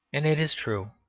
and it is true.